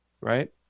right